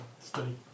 study